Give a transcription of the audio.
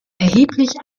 erheblich